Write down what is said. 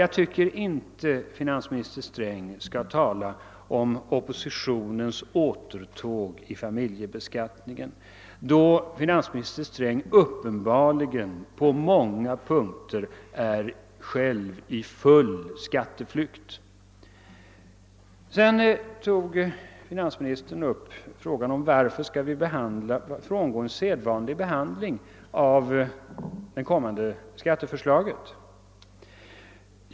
Jag tycker inte att finansminister Sträng skall tala om oppositionens återtåg i det fallet, eftersom finansministern själv uppenbarligen på många punkter befinner sig i full flykt i skattefrågorna. Vidare frågade finansministern: Varför skall vi frångå den sedvanliga behandlingen av det kommande skatteförslaget?